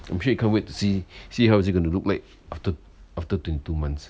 I'm sure you can wait to see see how is it going to look like after after twenty two months